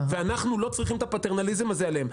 אנחנו לא צריכים את הפטרנליזם הזה עליהם.